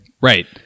Right